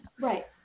Right